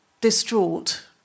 distraught